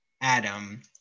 Adam